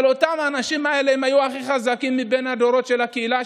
אבל אותם אנשים היו הכי חזקים מבין הדורות של הקהילה,